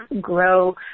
grow